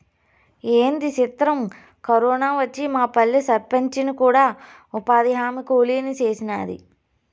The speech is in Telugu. ఏంది సిత్రం, కరోనా వచ్చి మాపల్లె సర్పంచిని కూడా ఉపాధిహామీ కూలీని సేసినాది